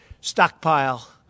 stockpile